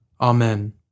Amen